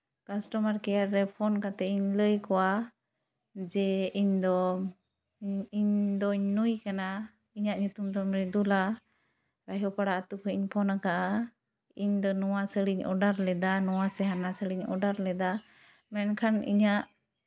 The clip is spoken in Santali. ᱠᱟᱥᱴᱚᱢᱟᱨ ᱠᱮᱭᱟᱨ ᱨᱮ ᱯᱷᱚᱱ ᱠᱟᱛᱮᱫ ᱤᱧ ᱞᱟᱹᱭ ᱟᱠᱚᱣᱟ ᱡᱮ ᱤᱧᱫᱚ ᱤᱧᱫᱚᱧ ᱱᱩᱭ ᱠᱟᱱᱟ ᱤᱧᱟᱹᱜ ᱧᱩᱛᱩᱢ ᱫᱚ ᱢᱨᱤᱫᱩᱞᱟ ᱟᱹᱛᱩ ᱯᱟᱲᱟ ᱠᱷᱚᱡ ᱤᱧ ᱯᱷᱚᱱ ᱠᱟᱜᱼᱟ ᱤᱧᱫᱚ ᱱᱚᱣᱟ ᱥᱟᱹᱲᱤᱧ ᱚᱰᱟᱨ ᱞᱮᱫᱟ ᱱᱚᱣᱟ ᱥᱮ ᱦᱟᱱᱟ ᱥᱟᱹᱲᱤᱧ ᱚᱰᱟᱨ ᱞᱮᱫᱟ ᱢᱮᱱᱠᱷᱟᱱ ᱤᱧᱟᱹᱜ